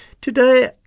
Today